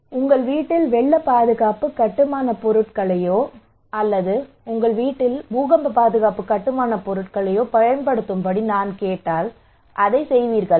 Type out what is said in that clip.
உங்கள் வீட்டில் வெள்ள பாதுகாப்பு கட்டுமானப் பொருட்களையோ அல்லது உங்கள் வீட்டில் பூகம்ப பாதுகாப்பு கட்டுமானப் பொருட்களையோ பயன்படுத்தும்படி நான் கேட்டால் அதைச் செய்வீர்களா